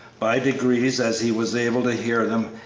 by degrees, as he was able to hear them,